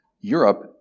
Europe